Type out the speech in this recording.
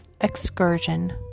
excursion